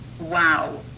wow